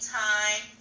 time